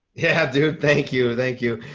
yeah, dude. thank you! thank you!